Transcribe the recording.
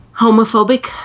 homophobic